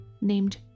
named